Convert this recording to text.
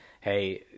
hey